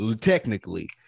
technically